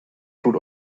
tut